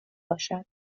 باشد